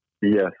Yes